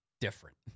different